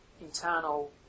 internal